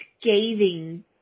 scathing